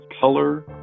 color